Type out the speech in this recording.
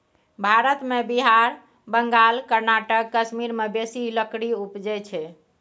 भारत मे बिहार, बंगाल, कर्नाटक, कश्मीर मे बेसी लकड़ी उपजइ छै